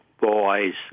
boys